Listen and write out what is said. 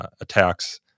attacks